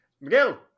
Miguel